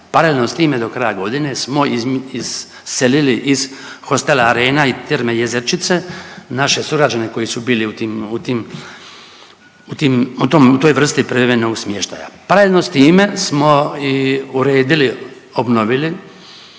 Paralelno s time do kraja godine smo iselili iz hostela Arena i terme Jezerčice naše sugrađane koji su bili u toj vrsti privremenog smještaja. Paralelno s time smo i uredili, obnovili,